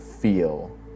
feel